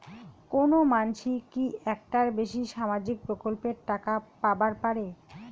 কোনো মানসি কি একটার বেশি সামাজিক প্রকল্পের টাকা পাবার পারে?